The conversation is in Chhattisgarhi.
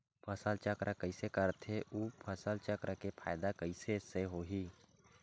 फसल चक्र कइसे करथे उ फसल चक्र के फ़ायदा कइसे से होही?